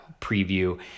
preview